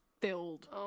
filled